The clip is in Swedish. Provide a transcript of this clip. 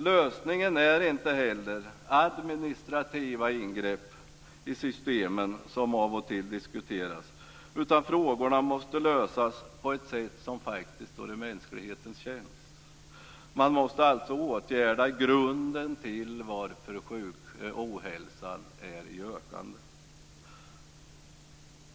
Lösningen är inte administrativa ingrepp i systemen, som av och till diskuteras, utan frågorna måste lösas på ett sätt som står i mänsklighetens tjänst. Man måste åtgärda grunden till att ohälsan är i ökande.